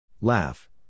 Laugh